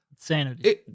Insanity